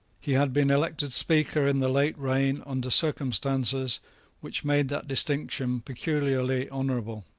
he had been elected speaker in the late reign under circumstances which made that distinction peculiarly honourable.